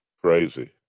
crazy